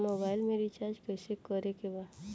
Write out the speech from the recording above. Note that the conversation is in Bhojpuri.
मोबाइल में रिचार्ज कइसे करे के बा?